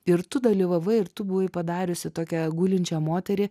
ir tu dalyvavai ir tu buvai padariusi tokią gulinčią moterį